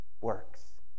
works